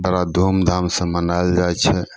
बड़ा धूमधामसे मनाएल जाइ छै